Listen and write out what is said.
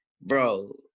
bro